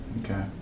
Okay